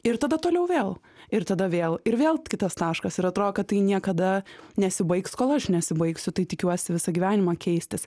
ir tada toliau vėl ir tada vėl ir vėl kitas taškas ir atrodo kad tai niekada nesibaigs kol aš nesibaigsiu tai tikiuosi visą gyvenimą keistis